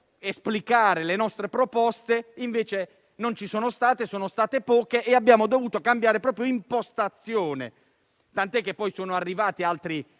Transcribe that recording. esplicare le nostre proposte; invece non ci sono state o sono state poche e pertanto abbiamo dovuto cambiare impostazione. Tant'è che poi sono arrivati altri